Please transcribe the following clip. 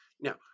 Now